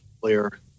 clear